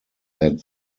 led